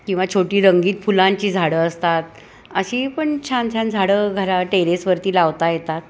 किंवा छोटी रंगीत फुलांची झाडं असतात अशी पण छान छान झाडं घरा टेरेसवरती लावता येतात